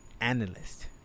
analyst